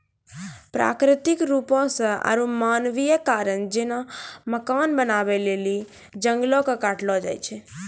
प्राकृतिक रुपो से आरु मानवीय कारण जेना मकान बनाबै के लेली जंगलो के काटलो जाय छै